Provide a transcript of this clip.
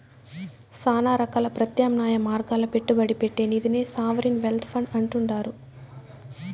శానా రకాల ప్రత్యామ్నాయ మార్గాల్ల పెట్టుబడి పెట్టే నిదినే సావరిన్ వెల్త్ ఫండ్ అంటుండారు